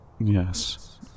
Yes